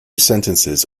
sentences